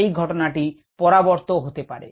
এই ঘটনাটি পরাবর্ত হতে পারে